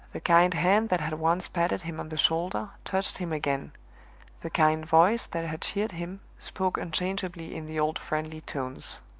the kind hand that had once patted him on the shoulder touched him again the kind voice that had cheered him spoke unchangeably in the old friendly tones.